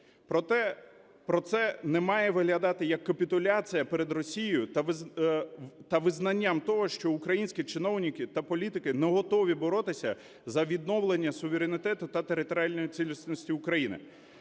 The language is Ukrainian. Проте це не має виглядати як капітуляція перед Росією та визнанням того, що українські чиновники та політики не готові боротися за відновлення суверенітету та територіальної цілісності України.